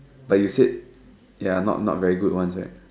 but you said ya not not very good once right